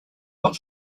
hot